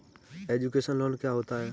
Education loan क्या होता है?